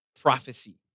prophecy